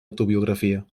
autobiografia